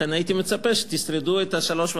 לכן הייתי מצפה שתשרדו את שלוש השעות